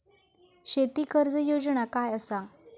शेती कर्ज योजना काय असा?